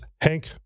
Hank